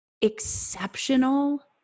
exceptional